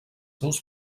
seus